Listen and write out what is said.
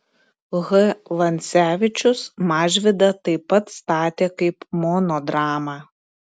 h vancevičius mažvydą taip pat statė kaip monodramą